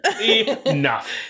Enough